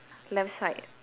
left side